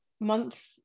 month